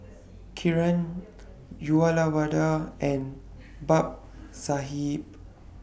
Kiran Uyyalawada and Babasaheb